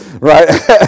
right